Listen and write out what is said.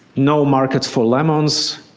no market for lemons,